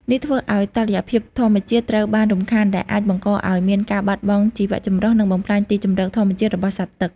នេះធ្វើឱ្យតុល្យភាពធម្មជាតិត្រូវបានរំខាន ដែលអាចបង្កឱ្យមានការបាត់បង់ជីវៈចម្រុះ និងបំផ្លាញទីជម្រកធម្មជាតិរបស់សត្វទឹក។